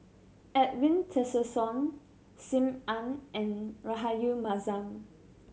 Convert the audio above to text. Edwin Tessensohn Sim Ann and Rahayu Mahzam